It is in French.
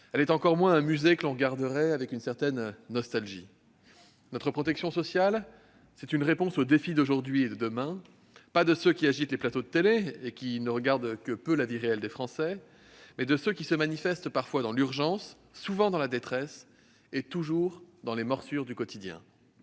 Elle est encore moins un musée que l'on regarderait avec une certaine nostalgie. Notre protection sociale est une réponse aux défis d'aujourd'hui et de demain, qui relèvent non pas de ceux qui agitent les plateaux de télévision et ne concernent que peu la vie réelle des Français, mais de ceux qui se manifestent parfois dans l'urgence, souvent dans la détresse, et toujours dans les morsures du quotidien.